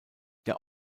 der